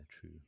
true